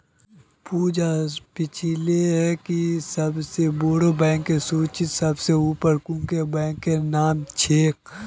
पूजा पूछले कि सबसे बोड़ो बैंकेर सूचीत सबसे ऊपर कुं बैंकेर नाम छे